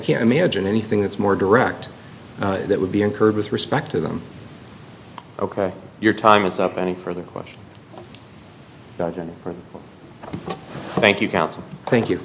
can't imagine anything that's more direct that would be incurred with respect to them ok your time is up any further question doesn't thank you counsel thank you